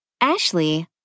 Ashley